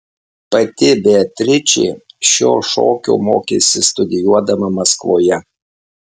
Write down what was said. pati beatričė šio šokio mokėsi studijuodama maskvoje